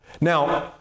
Now